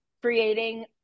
creating